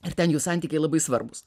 ir ten jų santykiai labai svarbūs